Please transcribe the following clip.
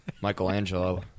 Michelangelo